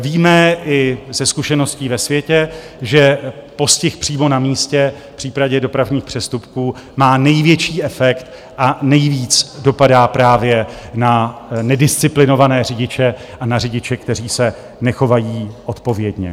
Víme i ze zkušeností ve světě, že postih přímo na místě v případě dopravních přestupků má největší efekt a nejvíc dopadá právě na nedisciplinované řidiče a na řidiče, kteří se nechovají odpovědně.